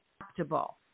adaptable